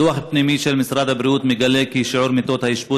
דוח פנימי של משרד הבריאות מגלה כי שיעור מיטות האשפוז